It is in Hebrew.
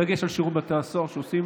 בדגש על שירות בתי הסוהר, שעושים